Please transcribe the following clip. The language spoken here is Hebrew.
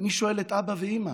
אני שואל את אבא ואימא: